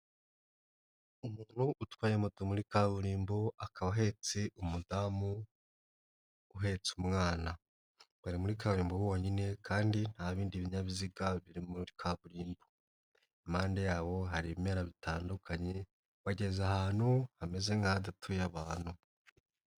Umuntu utwaye moto muri kaburimbo akaba ahetse umudamu uhetse umwana, bari muri kaburimbo bonyine kandi nta bindi binyabiziga biri muri kaburimbo, impande yabo hari ibimera bitandukanye bageze ahantu hameze nk'ahadatuye abantu.